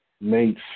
made